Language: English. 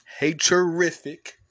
haterific